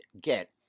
get